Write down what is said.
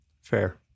Fair